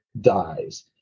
dies